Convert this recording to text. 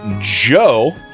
Joe